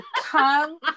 come